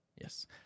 Yes